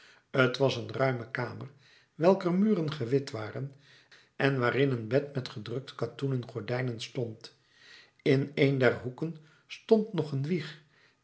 t was een ruime kamer welker muren gewit waren en waarin een bed met gedrukt katoenen gordijnen stond in een der hoeken stond nog een wieg